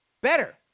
Better